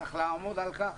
צריך לעמוד על כך,